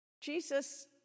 Jesus